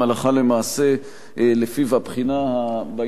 לפיו הבחינה בעניין הזה היא בחינה טכנית והיא